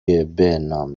نام